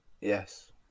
yes